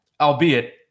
albeit